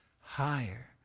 higher